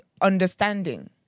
understanding